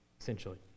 essentially